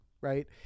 right